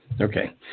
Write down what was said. Okay